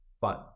fun